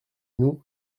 nous